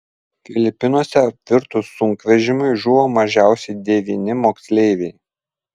filipinuose apvirtus sunkvežimiui žuvo mažiausiai devyni moksleiviai